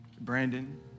Brandon